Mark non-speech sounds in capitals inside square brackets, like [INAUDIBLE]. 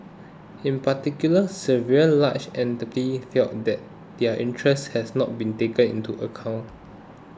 in particular several large [UNINTELLIGIBLE] felt that their interests had not been taken into account